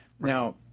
Now